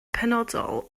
penodol